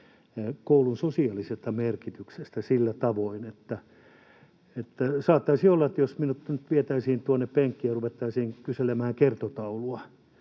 koulun sosiaalisesta merkityksestä sillä tavoin, että saattaisi olla, että jos minut nyt vietäisiin tuonne penkkiin ja ruvettaisiin kyselemään kertotaulua,